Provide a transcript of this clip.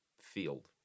field